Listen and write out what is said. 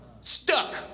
stuck